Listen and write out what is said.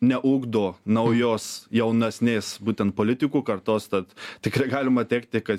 neugdo naujos jaunesnės būtent politikų kartos tad tikrai galima teigti kad